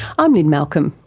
i'm lynne malcolm,